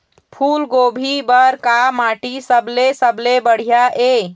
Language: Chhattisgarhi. फूलगोभी बर का माटी सबले सबले बढ़िया ये?